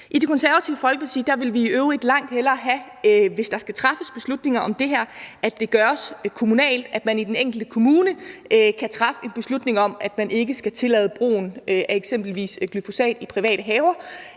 I Det Konservative Folkeparti vil vi i øvrigt langt hellere have, at det, hvis der skal træffes beslutninger om det her, gøres kommunalt, altså at man i den enkelte kommune kan træffe en beslutning om, at man ikke skal tillade brugen af eksempelvis glyfosat i private haver;